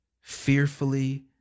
fearfully